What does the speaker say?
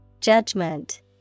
Judgment